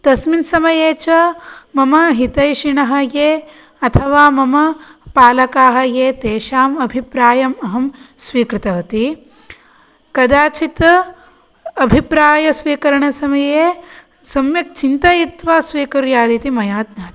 तस्मिन् समये च मम हितैषिणः ये अथवा मम पालकाः ये तेषाम् अभिप्रायं अहं स्वीकृतवती कदाचित् अभिप्रायस्वीकरणसमये सम्यक् चिन्तयित्वा स्वीकुर्यादिति मया ज्ञातम्